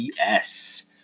BS